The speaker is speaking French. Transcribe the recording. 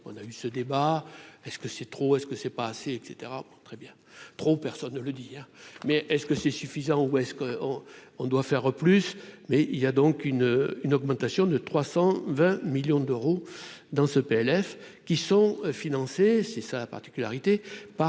on a eu ce débat est-ce que c'est trop est-ce que c'est pas assez, et caetera très bien trop, personne ne le dire mais est-ce que c'est suffisant ou est-ce que on doit faire plus, mais il y a donc une une augmentation de 320 millions d'euros dans ce PLF qui sont financées, c'est sa particularité par